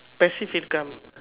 passive income